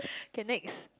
okay next